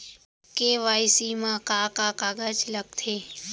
KYC मा का का कागज लगथे?